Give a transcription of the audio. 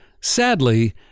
sadly